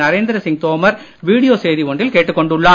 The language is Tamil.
நரேந்திர சிங் தோமர் வீடியோ செய்தி ஒன்றில் கேட்டுக் கொண்டுள்ளார்